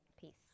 peace